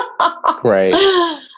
Right